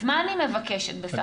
אז מה אני מבקשת בסך הכול?